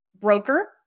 broker